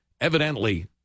Evidently